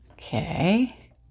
Okay